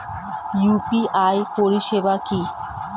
UPI পরিষেবা কি?